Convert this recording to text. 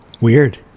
Weird